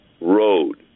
road